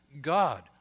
God